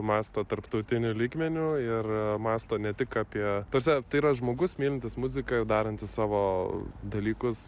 mąsto tarptautiniu lygmeniu ir mąsto ne tik apie ta prasme tai yra žmogus mylintis muziką darantis savo dalykus